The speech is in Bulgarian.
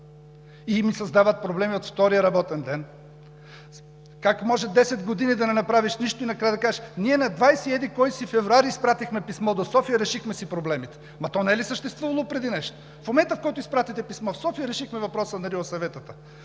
и ми създават проблеми от втория работен ден. Как може 10 години да не направиш нищо и накрая да кажеш: „Ние на двадесет и еди-кой си февруари изпратихме писмо до София, решихме си проблемите.“ То не е ли съществувало преди нас? В момента, в който изпратите писмо в София – решихме въпроса на